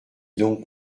donc